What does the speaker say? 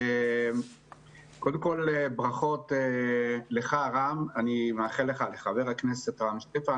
קודם כול, ברכות לך, חבר הכנסת רם שפע.